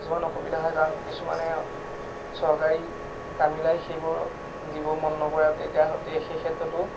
কিছুমান অসুবিধা হয় কাৰণ কিছুমানে চৰকাৰী কামিলাই সেইবোৰ দিব মন নকৰে আৰু তেতিয়াতে সেই ক্ষেত্ৰতো